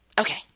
Okay